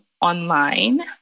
online